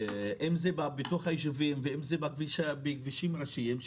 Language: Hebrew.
אם זה בתוך היישובים ואם זה בכבישים ראשיים,